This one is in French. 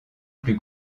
plus